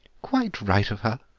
quite right of her,